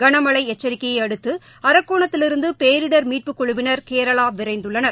களமழை எச்சரிக்கைய அடுத்து அரக்கோணத்திலிருந்து பேரிடர் மீட்புக் குழுவினர் கேரளா விரைந்துள்ளனர்